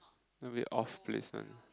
maybe off place one